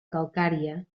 calcària